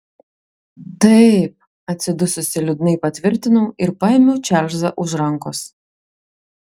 taip atsidususi liūdnai patvirtinau ir paėmiau čarlzą už rankos